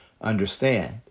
understand